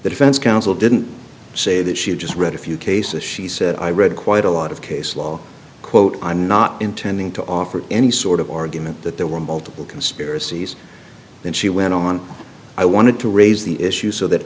the defense counsel didn't say that she just read a few cases she said i read quite a lot of case law quote i'm not intending to offer any sort of argument that there were multiple conspiracies then she went on i wanted to raise the issue so that